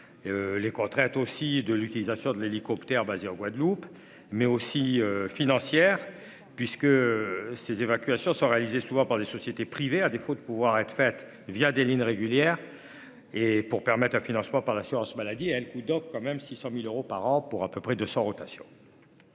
Les contraintes aussi de l'utilisation de l'hélicoptère basé en Guadeloupe mais aussi financière puisque ces évacuations sont réalisées souvent par des sociétés privées. À défaut de pouvoir être faite via des lignes régulières. Et pour permettre un financement par l'assurance maladie coup eau quand même 600.000 euros par an pour à peu près de 100 rotations.